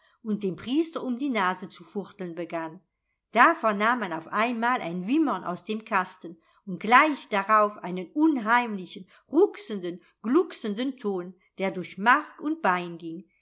und dem priester um die nase zu fuchteln begann da vernahm man auf einmal ein wimmern aus dem kasten und gleich darauf einen unheimlichen rucksenden glucksenden ton der durch mark und bein ging